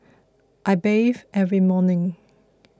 I bathe every morning